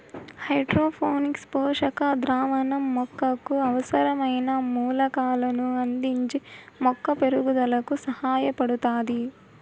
hydroponics పోషక ద్రావణం మొక్కకు అవసరమైన మూలకాలను అందించి మొక్క పెరుగుదలకు సహాయపడుతాది